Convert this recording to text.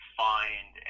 find